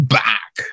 back